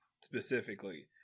specifically